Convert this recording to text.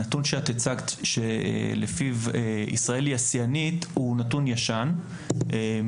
הנתון שאתה הצגת שלפיו ישראל היא השיאנית הוא נתון ישן מ-2012.